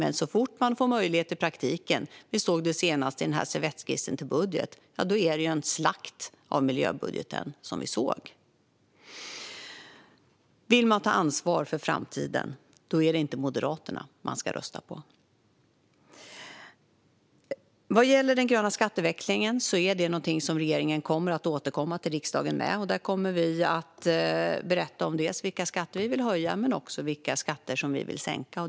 Men så fort man får möjlighet att göra något i praktiken slaktar man miljöbudgeten. Det såg vi senast i servettskissen till budget. Den som vill ta ansvar för framtiden ska inte rösta på Moderaterna. Den gröna skatteväxlingen kommer regeringen att återkomma till riksdagen med. Vi kommer att berätta vilka skatter vi vill höja men också vilka skatter vi vill sänka.